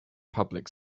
public